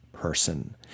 Person